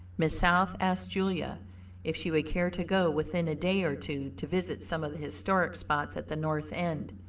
miss south asked julia if she would care to go within a day or two to visit some of the historic spots at the north end.